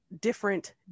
different